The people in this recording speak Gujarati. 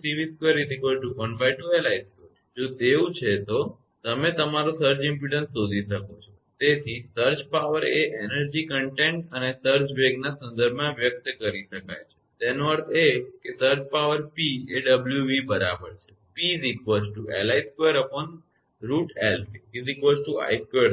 હવે જો તેવું છે તો તમે તમારો સર્જ ઇમપેડન્સ શોધી શકો છો તેથી સર્જ પાવર એ એનર્જી કંટેન્ટ અને સર્જ વેગsurge velocity ના સંદર્ભમાં વ્યક્ત કરી શકાય છે તેનો અર્થ એ કે સર્વ પાવર P એ 𝑤𝑣 બરાબર